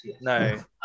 No